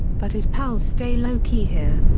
but his pals stay low-key here.